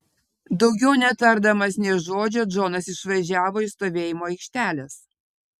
daugiau netardamas nė žodžio džonas išvažiavo iš stovėjimo aikštelės